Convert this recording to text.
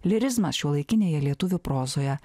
lyrizmas šiuolaikinėje lietuvių prozoje